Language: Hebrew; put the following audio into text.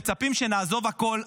מצפים שנעזוב הכול,